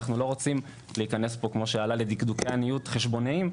אנחנו לא רוצים להיכנס פה כמו שעלה לדקדוקי עניות חשבונאיים.